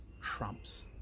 trumps